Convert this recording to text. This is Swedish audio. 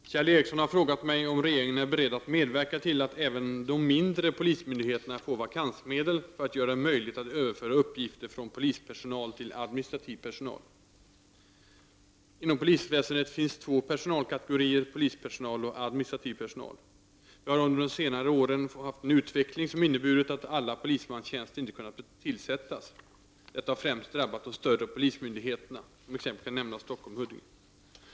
Herr talman! Kjell Ericsson har frågat mig om regeringen är beredd att medverka till att även de mindre polismyndigheterna får vakansmedel för att göra det möjligt att överföra uppgifter från polispersonal till administrativ personal. Inom polisväsendet finns två personalkategorier, nämligen polispersonal och administrativ personal. Vi har under de senare åren haft en utveckling som inneburit att alla polismanstjänster inte kunnat tillsättas. Detta har främst drabbat de större polismyndigheterna. Som exempel kan nämnas Stockholm och Huddinge.